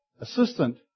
assistant